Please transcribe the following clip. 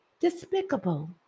despicable